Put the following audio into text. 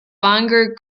bangor